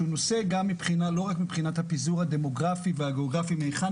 שהוא נושא לא רק מבחינת הפיזור הדמוגרפי והגיאוגרפי מהיכן